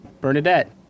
Bernadette